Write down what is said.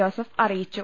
Joseph അറിയിച്ചു